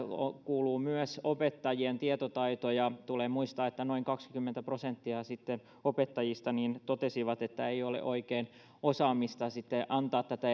kuuluu myös opettajien tietotaito ja tulee muistaa että noin kaksikymmentä prosenttia opettajista totesi että ei ole oikein osaamista antaa tätä